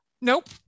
Nope